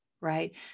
right